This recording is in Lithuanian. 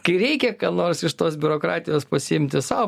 kai reikia ką nors iš tos biurokratijos pasiimti sau